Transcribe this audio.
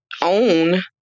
own